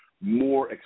more